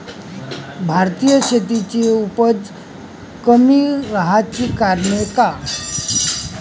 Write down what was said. भारतीय शेतीची उपज कमी राहाची कारन का हाय?